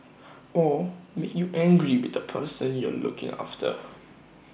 or make you angry with the person you're looking after